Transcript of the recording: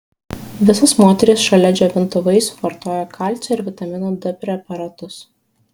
visos moterys šalia džiovintų vaisių vartojo kalcio ir vitamino d preparatus